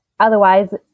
Otherwise